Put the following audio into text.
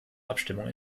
abstimmung